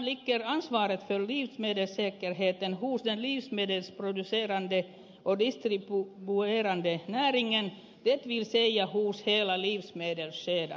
i första hand ligger ansvaret för livsmedelssäkerheten hos den livsmedelsproducerande och distribuerande näringen det vill säga hos hela livsmedelskedjan